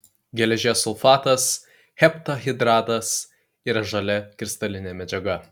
geležies sulfatas heptahidratas yra žalia kristalinė medžiaga